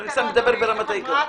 אני מדבר ברמת העיקרון.